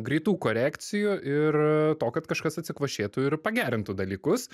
greitų korekcijų ir to kad kažkas atsikvošėtų ir pagerintų dalykus